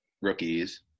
rookies